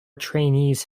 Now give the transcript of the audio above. trainees